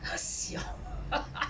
!hais! siao